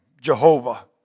Jehovah